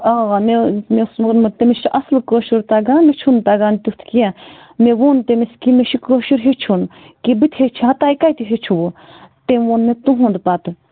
اَوا مےٚ مےٚ اوس ووٚنمُت تٔمِس چھِ اصُل کٲشُر تگان مےٚ چھُنہٕ تگا تیُتھ کیٚنٛہہ مےٚ ووٚن تمِس کہِ مےٚ چھُ کٲشُر ہیوٚچھُن کہِ بہٕ تہِ ہیٚچھہا تۄہہِ کتہِ ہیٚچھوُ تمۍ ووٚن مےٚ تُہنٛد پتہٕ